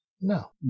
No